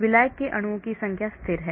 विलायक के अणुओं की संख्या स्थिर है